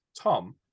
Tom